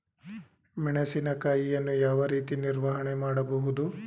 ಮೆಣಸಿನಕಾಯಿಯನ್ನು ಯಾವ ರೀತಿ ನಿರ್ವಹಣೆ ಮಾಡಬಹುದು?